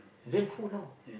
blame who now